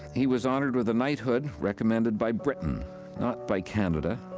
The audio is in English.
he was honoured with a knighthood recommended by britain not by canada,